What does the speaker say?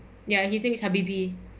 ya he say is habibie